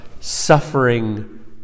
suffering